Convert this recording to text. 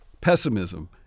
pessimism